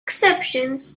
exceptions